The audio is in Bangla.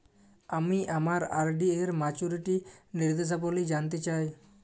আমি আমার আর.ডি এর মাচুরিটি নির্দেশাবলী জানতে চাই